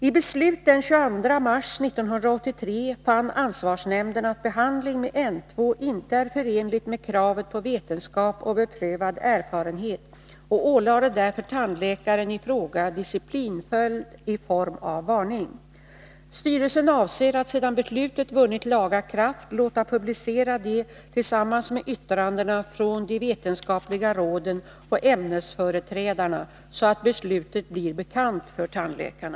I beslut den 22 mars 1983 fann ansvarsnämnden att behandling med N-2 inte är förenlig med kravet på vetenskap och beprövad erfarenhet och ålade därför tandläkaren i fråga disciplinpåföljd i form av varning. Styrelsen avser att sedan beslutet vunnit laga kraft låta publicera det tillsammans med yttrandena från de vetenskapliga råden och ämnesföreträdarna, så att beslutet blir bekant för tandläkarna.